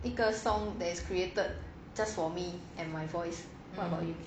一个 song that is created just for me and my voice what about you